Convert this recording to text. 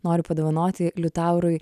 noriu padovanoti liutaurui